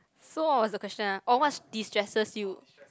so what was the question ah oh what's destresses you